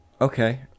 Okay